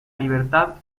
libertad